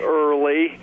early